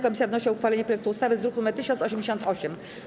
Komisja wnosi o uchwalenie projektu ustawy z druku nr 1088.